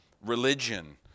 religion